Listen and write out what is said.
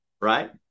Right